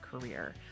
career